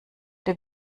der